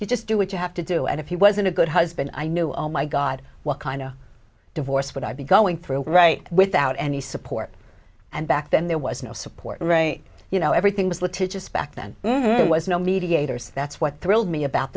you just do what you have to do and if he wasn't a good husband i knew oh my god what kind of divorce would i be going through right without any support and back then there was no support and you know everything was litigious back then was no mediators that's what thrilled me about